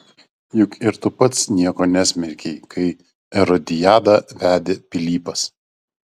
juk ir tu pats nieko nesmerkei kai erodiadą vedė pilypas